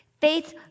Faith